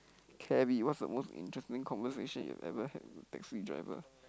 cabby what is the most interesting conversation you've ever had with a taxi driver